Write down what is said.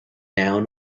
down